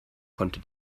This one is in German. konnte